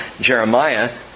Jeremiah